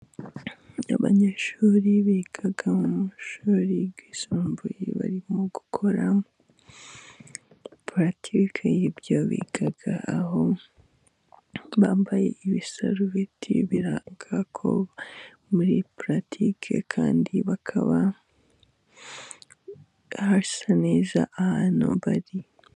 Abanyeshuri biga mu mashuri yisumbuye barimo gukora puratike y'ibyo biga, aho bambaye ibisarubeti biranga ko bari muri puratike, kandi bakaba basa neza ahantu bari.